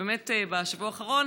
באמת בשבוע האחרון